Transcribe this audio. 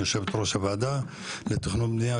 יושבת-ראש הוועדה לתכנון ובנייה,